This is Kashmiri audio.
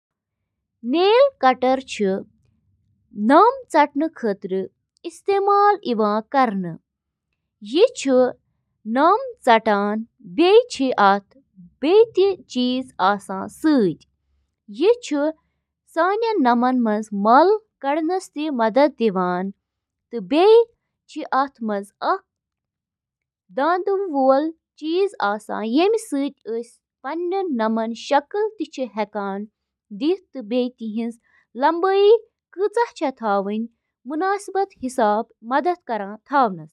واشنگ مِشیٖن چھِ واشر کہِ ناوٕ سۭتۍ تہِ زاننہٕ یِوان سۄ مِشیٖن یۄس گنٛدٕ پَلو چھِ واتناوان۔ اَتھ منٛز چھِ اکھ بیرل یَتھ منٛز پلو چھِ تھاونہٕ یِوان۔